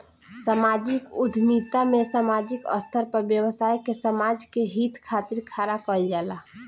सामाजिक उद्यमिता में सामाजिक स्तर पर व्यवसाय के समाज के हित खातिर खड़ा कईल जाला